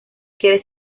quiere